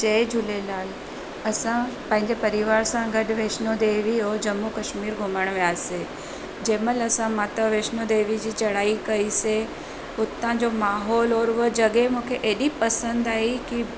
जय झूलेलाल असां पंहिंजे परिवार सां गॾु वैष्णो देवी ऐं जम्मू कश्मीर घुमण वियासीं जंहिं महिल असां माता वैष्णो देवी जी चढ़ाई कईसीं हुतां जो माहोलु और उहा जॻह मूंखे हेॾी पसंदि आई की